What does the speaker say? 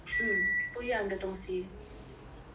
不一样的东西